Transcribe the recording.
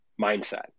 mindset